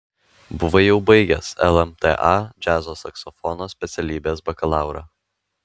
buvai jau baigęs lmta džiazo saksofono specialybės bakalaurą